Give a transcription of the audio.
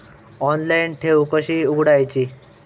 Online ठेव कशी उघडायची?